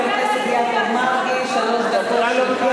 חבר הכנסת יעקב מרגי, שלוש דקות שלך.